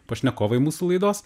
pašnekovai mūsų laidos